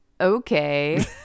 Okay